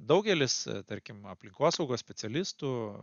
daugelis tarkim aplinkosaugos specialistų